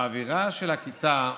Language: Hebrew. האווירה של הכיתה,